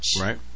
Right